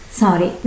sorry